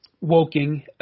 woking